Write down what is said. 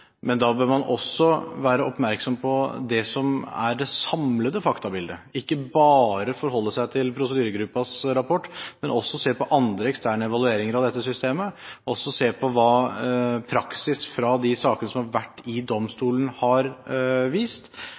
men da bør man også være oppmerksom på det som er det samlede faktabildet, ikke bare forholde seg til prosedyregruppens rapport, men også se på andre eksterne evalueringer av dette systemet, og se på hva praksis fra de sakene som har vært i domstolen, har vist.